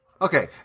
Okay